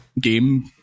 Game